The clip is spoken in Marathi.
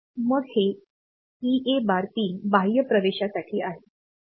मग हे ईए बार पिन बाह्य प्रवेशासाठी आहे